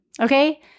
Okay